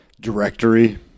directory